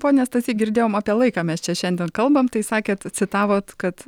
pone stasy girdėjom apie laiką mes čia šiandien kalbam tai sakėt citavot kad